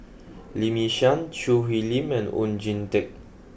Lee Yi Shyan Choo Hwee Lim and Oon Jin Teik